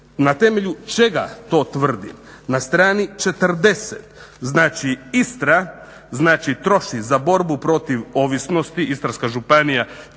Na temelju čega to tvrdim? Na strani 40., znači Istra, znači troši za borbu protiv ovisnosti, Istarska županija